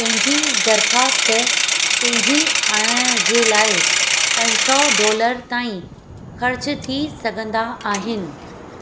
पंहिंजी दरख़्वासत तेज़ी आणण जे लाइ पंज सौ डॉलर ताईं ख़र्चु थी सघंदा आहिनि